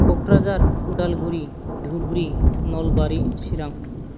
Kokrajhar Udalguri Dhubri Nalbari Chirang